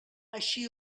així